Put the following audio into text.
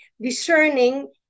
discerning